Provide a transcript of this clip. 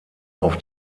auf